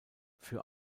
für